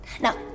Now